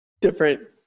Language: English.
different